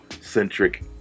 centric